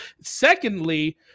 Secondly